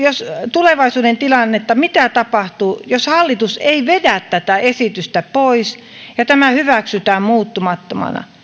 tulevaisuuden tilannetta mitä tapahtuu jos hallitus ei vedä tätä esitystä pois ja tämä hyväksytään muuttumattomana